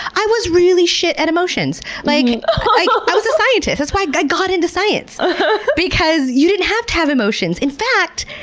i was really shit at emotions. like i was a scientist. that's why i got into science um because you didn't have to have emotions. in fact,